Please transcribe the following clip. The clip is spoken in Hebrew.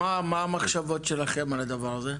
מה המחשבות שלכם על הדבר הזה?